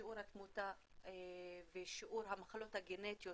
שיעור התמותה ושיעור המחלות הגנטיות